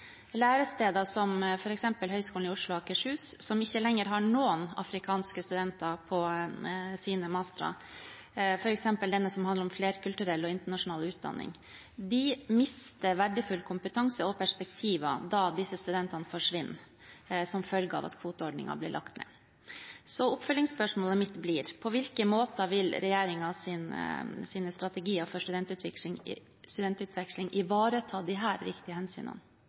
læresteder som f.eks. Høgskolen i Oslo og Akershus, som ikke lenger har noen afrikanske studenter på sine mastere, f.eks. denne som handler om flerkulturell og internasjonal utdanning. Vi mister verdifull kompetanse og perspektiver når disse studentene forsvinner som følge av at kvoteordningen blir lagt ned. Så oppfølgingsspørsmålet mitt blir: På hvilken måte vil regjeringens strategier for studentutveksling ivareta disse viktige hensynene?